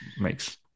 makes